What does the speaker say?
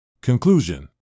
Conclusion